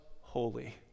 holy